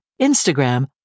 Instagram